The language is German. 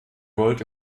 gold